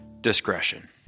discretion